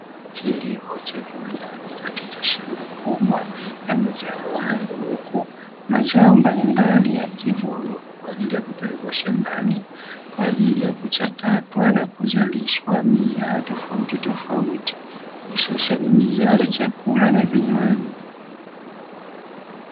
Kilimo cha viwandandani katika shamba kubwa la mazao hayo, huku mazao mbalimbali yakivunwa kwa ajili ya kupelekwa shambani, kwa ajili ya kuchakatwa na kuzalishwa bidhaa tofautitofauti, hususani bidhaa za chakula na vinywaji.